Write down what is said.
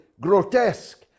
grotesque